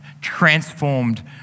transformed